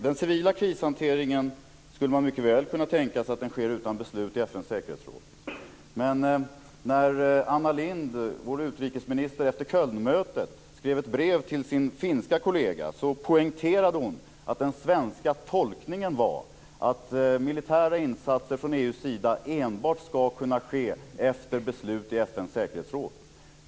Fru talman! Man skulle mycket väl kunna tänka sig att den civila krishanteringen sker utan beslut i FN:s säkerhetsråd. Men när Anna Lindh, vår utrikesminister, efter Kölnmötet skrev ett brev till sin finska kollega poängterade hon att den svenska tolkningen var att militära insatser från EU:s sida enbart ska kunna ske efter beslut i FN:s säkerhetsråd.